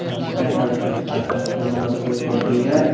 اَچھا ترٛےٚ ساس پٮ۪ٹھ سِٹاٹ اَتھ چھِ مطلب خٲصِیَت چھِ یہِ